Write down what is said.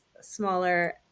smaller